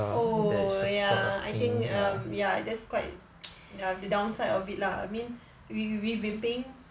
oh ya I think um ya that's quite ya the downside of it lah I mean we we've been paying